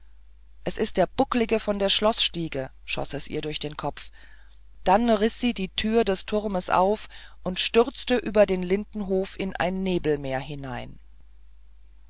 es ist der bucklige von der schloßstiege schoß es ihr durch den kopf dann riß sie die tür des turmes auf und stürmte über den lindenhof in ein nebelmeer hinein